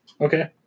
Okay